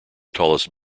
tallest